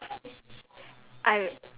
are you serious